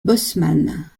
bosseman